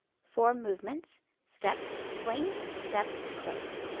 four movements step, swing, step, close.